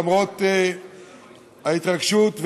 למרות ההתרגשות,